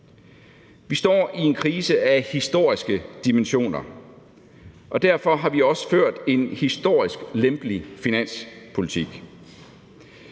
Vi står i en krise af historiske dimensioner, og derfor har vi også ført en historisk lempelig finanspolitik.